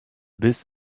biss